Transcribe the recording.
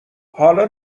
حالا